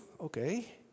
okay